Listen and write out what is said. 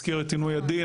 הזכיר את עינוי הדין,